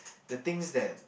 the things that